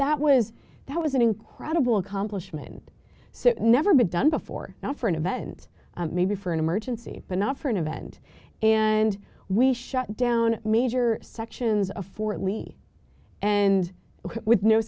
that was that was an incredible accomplishment never been done before not for an event maybe for an emergency but not for an event and we shut down major sections of fort lee and with no